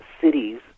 cities